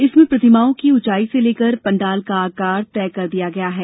इसमें प्रतिमाओं की ऊंचाई से लेकर पंडाल का आकार तय कर दिया गया है